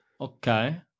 Okay